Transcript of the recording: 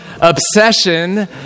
obsession